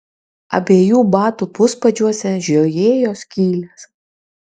abiejų batų puspadžiuose žiojėjo skylės